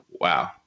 Wow